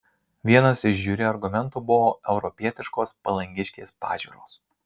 vienas iš žiuri argumentų buvo europietiškos palangiškės pažiūros